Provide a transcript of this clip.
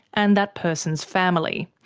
and that person's family.